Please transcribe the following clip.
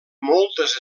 moltes